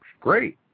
great